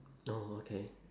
oh okay